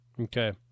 Okay